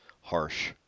harsh